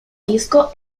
disco